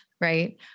right